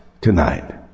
tonight